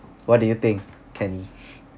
what do you think kenny